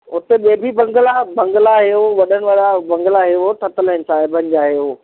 उते ॿिए बि बंगला बंगला जो वॾनि वारा बंगला आहे उहो ठहियल आहे साइबर जा हे हो